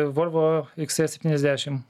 volvo ikses septyniasdešim